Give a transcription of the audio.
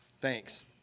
Thanks